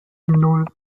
nan